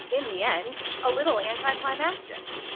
in the end, a little anticlimactic,